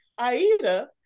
Aida